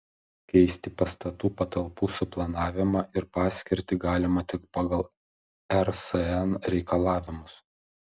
keisti pastatų patalpų suplanavimą ir paskirtį galima tik pagal rsn reikalavimus